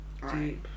right